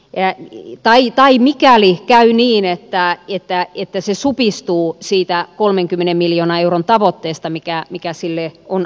jää kaihi tai mikäli käy niin että ä pitää kiipesi supistuu siitää kolmenkymmenen miljoona euron tavoitteesta mikä mikä sille on